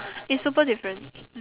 it's super different